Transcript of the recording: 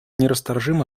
нерасторжимо